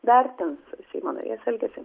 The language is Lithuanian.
vertins seimo narės elgesį